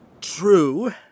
True